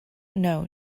know